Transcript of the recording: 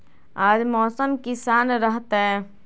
आज मौसम किसान रहतै?